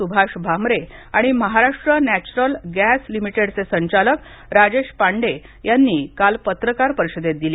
सुभाष भामरे आणि Maharashtra natural gas लिमिटेडचे संचालक राजेश पांडे यांनी काल पत्रकार परिषदेत दिली